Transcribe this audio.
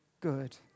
good